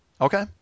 Okay